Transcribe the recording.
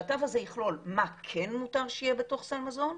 התו הזה יכלול מה כן מותר שיהיה בתור סל מזון,